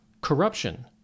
corruption